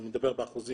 אני מדבר באחוזים,